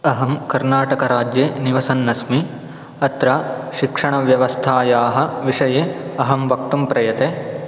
अहं कर्नाटकराज्ये निवसन्नस्मि अत्र शिक्षणव्यवस्थायाः विषये अहं वक्तुं प्रयते